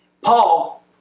Paul